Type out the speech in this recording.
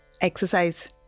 exercise